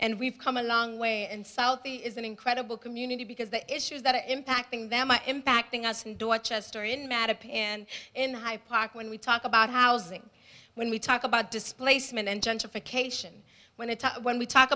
and we've come a long way and southey is an incredible community because the issues that are impacting them are impacting us in dorchester in matter pin in high park when we talk about housing when we talk about displacement and gentrification when it when we talk